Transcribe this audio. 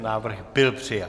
Návrh byl přijat.